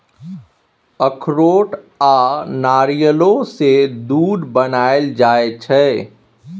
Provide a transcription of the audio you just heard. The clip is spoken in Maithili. अखरोट आ नारियलो सँ दूध बनाएल जाइ छै